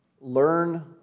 Learn